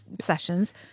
sessions